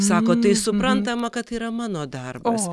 sako tai suprantama kad tai yra mano darbas